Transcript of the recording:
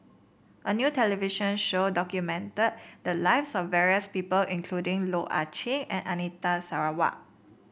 a new television show documented the lives of various people including Loh Ah Chee and Anita Sarawak